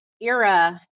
era